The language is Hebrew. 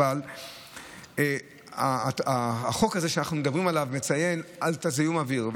אבל החוק הזה שאנחנו מדברים עליו מציין זיהום אוויר,